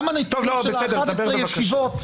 גם הנתונים על 11 ישיבות,